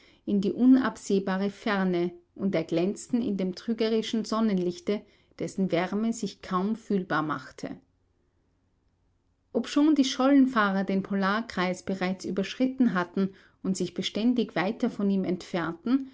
in die unabsehbare ferne und erglänzten in dem trügerischen sonnenlichte dessen wärme sich kaum fühlbar machte obschon die schollenfahrer den polarkreis bereits überschritten hatten und sich beständig weiter von ihm entfernten